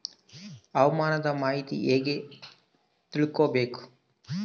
ಹವಾಮಾನದ ಮಾಹಿತಿ ಹೇಗೆ ತಿಳಕೊಬೇಕು?